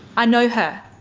i know her,